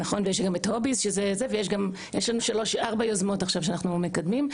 ויש לנו ארבע יוזמות עכשיו שאנחנו מקדמים,